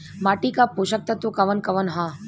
माटी क पोषक तत्व कवन कवन ह?